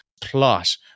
plot